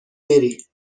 بری